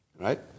right